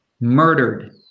murdered